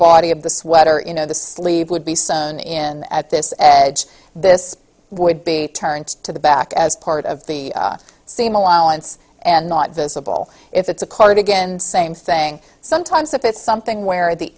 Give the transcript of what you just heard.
body of the sweater in the sleeve would be sun in at this edge this would be turned to the back as part of the seam allowance and not visible if it's a cardigan same thing sometimes if it's something where the